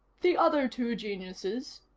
the other two geniuses,